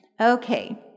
Okay